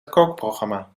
kookprogramma